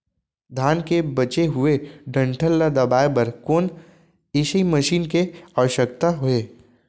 धान के बचे हुए डंठल ल दबाये बर कोन एसई मशीन के आवश्यकता हे?